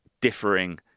differing